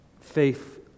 faith